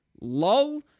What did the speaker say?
LOL